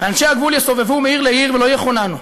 ואנשי הגבול יסובבו מעיר לעיר ולא יחוננו,